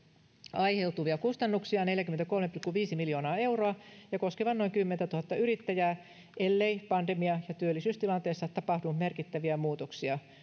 aiheutuvia kustannuksia neljäkymmentäkolme pilkku viisi miljoonaa euroa ja koskevan noin kymmentätuhatta yrittäjää ellei pandemia ja työllisyystilanteessa tapahdu merkittäviä muutoksia